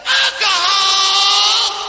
alcohol